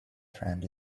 friend